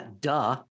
duh